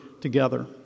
together